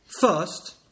First